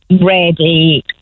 ready